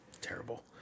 Terrible